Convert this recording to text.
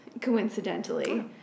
coincidentally